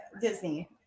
Disney